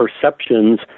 perceptions